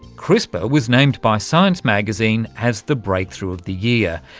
crispr was named by science magazine's as the breakthrough of the year.